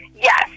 Yes